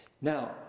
now